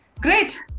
Great